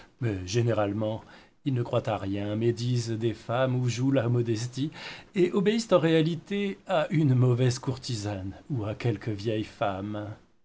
mais généralement ils ne croient à rien médisent des femmes ou jouent la modestie et obéissent en réalité à une mauvaise courtisane ou à quelque vieille femme